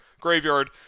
graveyard